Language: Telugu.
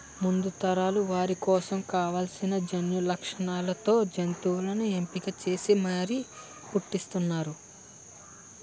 ముందు తరాల వారి కోసం కావాల్సిన జన్యులక్షణాలతో జంతువుల్ని ఎంపిక చేసి మరీ పుట్టిస్తున్నారు